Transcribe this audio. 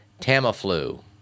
Tamiflu